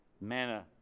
manner